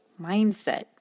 mindset